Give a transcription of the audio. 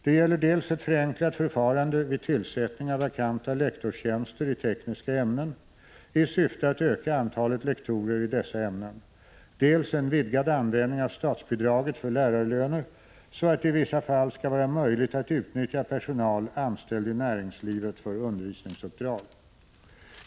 Det gäller dels ett förenklat förfarande vid tillsättning av vakanta lektorstjänster i tekniska ämnen i syfte att öka antalet lektorer i dessa ämnen, dels en vidgad användning av statsbidraget för lärarlöner så att det i vissa fall skall vara möjligt att utnyttja personal anställd i näringslivet för undervisningsuppdrag.